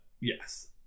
yes